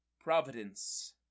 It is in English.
Providence